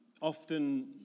often